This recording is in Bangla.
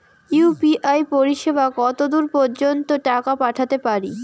ইউ.পি.আই পরিসেবা কতদূর পর্জন্ত টাকা পাঠাতে পারি?